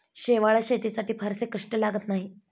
शेवाळं शेतीसाठी फारसे कष्ट लागत नाहीत